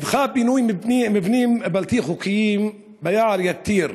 נדחה פינוי מבנים בלתי חוקיים ביער יתיר